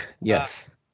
Yes